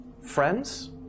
friends